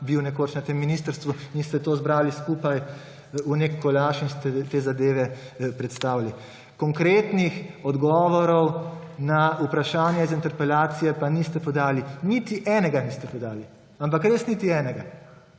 bil nekoč na tem ministrstvu – in ste to zbrali skupaj v nek kolaž in ste te zadeve predstavili. Konkretnih odgovorov na vprašanja iz interpelacije pa niste podali. Niti enega niste podali, ampak res niti enega.